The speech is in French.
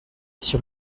six